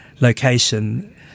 location